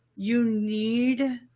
you need